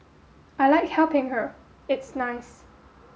I like helping her it's nice